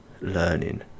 learning